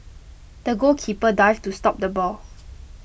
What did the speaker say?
the goalkeeper dived to stop the ball